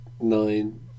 nine